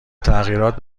تغییرات